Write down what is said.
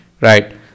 Right